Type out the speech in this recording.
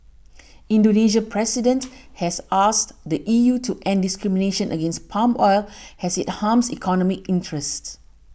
Indonesia's President has asked the E U to end discrimination against palm oil as it harms economic interests